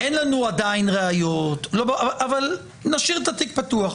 "אין לנו עדיין ראיות, אבל נשאיר את התיק פתוח".